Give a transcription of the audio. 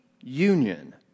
union